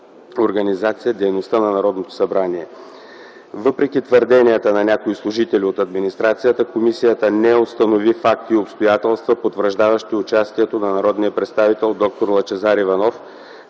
организацията и дейността на Народното събрание. Въпреки твърденията на някои служители от администрацията, комисията не установи факти и обстоятелства, потвърждаващи участието на народния представител д-р Лъчезар Иванов